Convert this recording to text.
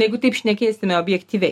jeigu taip šnekėsime objektyviai